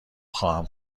خواهم